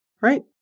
right